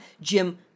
Jim